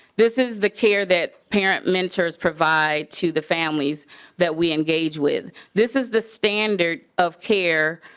this is the care that parent mentors provide to the families that we engage with. this is the standard of care